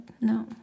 no